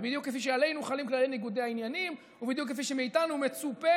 ובדיוק כפי שעלינו חלים כללי ניגודי העניינים ובדיוק כפי שמאיתנו מצופה